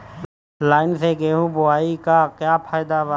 Line से गेहूं बोआई के का फायदा बा?